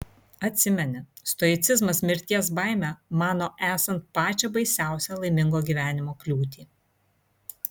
atsimeni stoicizmas mirties baimę mano esant pačią baisiausią laimingo gyvenimo kliūtį